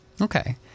Okay